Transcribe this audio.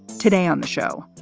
today on the show,